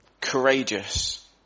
Courageous